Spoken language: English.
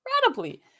incredibly